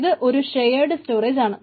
ഇത് ഒരു shared storage ആണ്